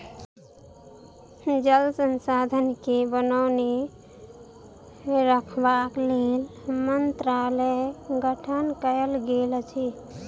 जल संसाधन के बनौने रखबाक लेल मंत्रालयक गठन कयल गेल अछि